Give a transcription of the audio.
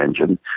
engine